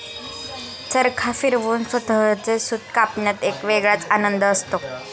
चरखा फिरवून स्वतःचे सूत कापण्यात एक वेगळाच आनंद असतो